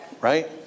right